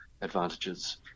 advantages